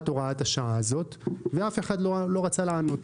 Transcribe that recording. הוראת השעה הזאת ואף אחד לא רצה לענות.